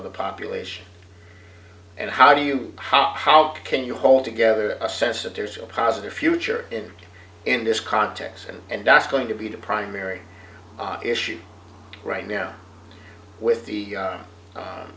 of the population and how do you how how can you hold together a sense that there's a positive future in in this context and that's going to be the primary issue right now with the